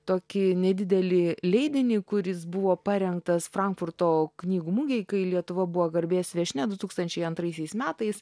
tokį nedidelį leidinį kuris buvo parengtas frankfurto knygų mugei kai lietuva buvo garbės viešnia du tūkstančiai antraisiais metais